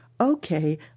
okay